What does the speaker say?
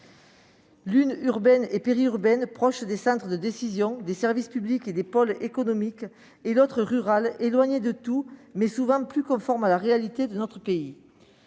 France urbaine et périurbaine, proche des centres de décisions, des services publics et des pôles économiques ; d'autre part, une France rurale, éloignée de tout, mais souvent plus conforme à la réalité de notre pays.